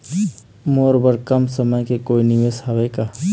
मोर बर कम समय के कोई निवेश हावे का?